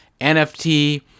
NFT